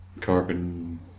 carbon